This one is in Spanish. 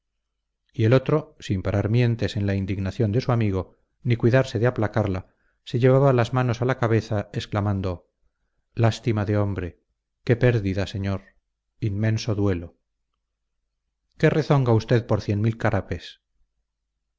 y el otro sin parar mientes en la indignación de su amigo ni cuidarse de aplacarla se llevaba las manos a la cabeza exclamando lástima de hombre qué pérdida señor inmenso duelo qué rezonga usted por cien mil carapes